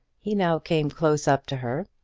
he now came close up to her,